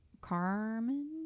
Carmen